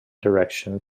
direction